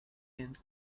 and